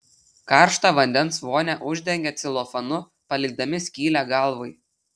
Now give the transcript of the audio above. karštą vandens vonią uždengia celofanu palikdami skylę galvai